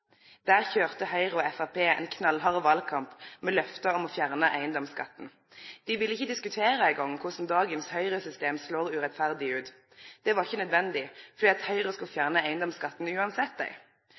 Der køyrde Høgre og Framstegspartiet ein knallhard valkamp med lovnad om å fjerne eigedomsskatten. Dei ville ikkje eingong diskutere korleis dagens Høgre-system slår urettferdig ut. Det var ikkje nødvendig, fordi Høgre